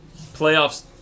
Playoffs